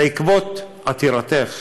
בעקבות עתירתך,